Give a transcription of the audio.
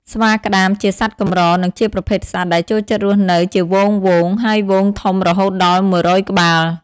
ស្វាក្ដាមជាសត្វកម្រ និងជាប្រភេទសត្វ ដែលចូលចិត្តរស់នៅជាហ្វូងៗ ហើយហ្វូងធំរហូតដល់១០០ ក្បាល។